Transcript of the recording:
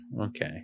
Okay